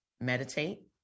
meditate